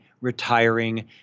retiring